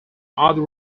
other